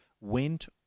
went